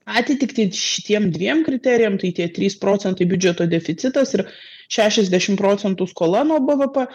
atitiktį šitiem dviem kriterijam tai tie trys procentai biudžeto deficitas ir šešiasdešimt procentų skola nuo bvp